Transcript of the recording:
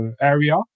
area